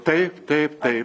taip taip taip